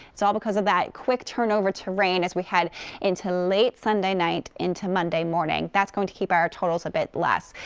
it's all because of that quick turnover to rain as we head into late sunday night into monday morning. that's going to keep our totals a bit less.